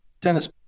Dennis